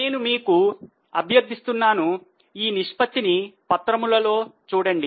నేను మీకు అభ్యర్థిస్తున్నాను ఈ నిష్పత్తి ని పత్రములో చూడండి